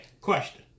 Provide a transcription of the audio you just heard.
question